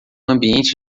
ambiente